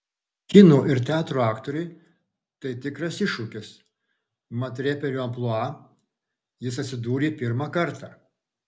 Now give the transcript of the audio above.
kino ir teatro aktoriui tai tikras iššūkis mat reperio amplua jis atsidūrė pirmą kartą